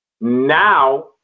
Now